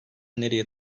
nereye